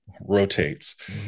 rotates